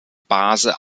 base